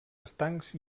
estancs